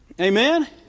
Amen